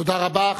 תודה רבה.